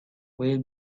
will